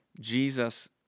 Jesus